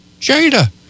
Jada